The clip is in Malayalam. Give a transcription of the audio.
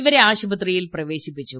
ഇവരെ ആശുപത്രിയിൽ പ്രവേശിപ്പിച്ചു